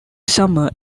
summer